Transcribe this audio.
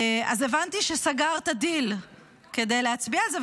אז הבנתי שסגרת דיל כדי להצביע על זה,